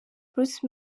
bruce